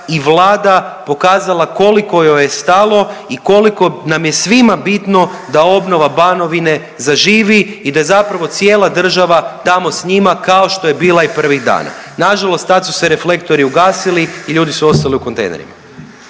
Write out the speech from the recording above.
i Vlada pokazala koliko joj je stalo i koliko nam je svima bitno da obnova Banovine zaživi i da zapravo cijela država tamo s njima, kao što je bila i prvih dana. Nažalost tad su se reflektori ugasili i ljudi su ostali u kontejnerima.